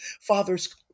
fathers